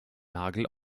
nagel